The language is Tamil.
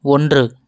ஒன்று